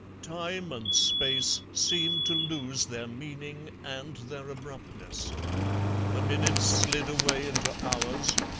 time and space seemed to lose their meaning and their abruptness the minutes slid away into hours,